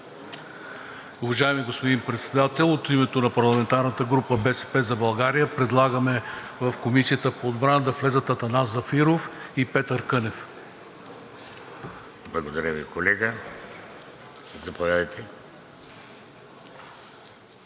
Благодаря Ви, колега. Заповядайте.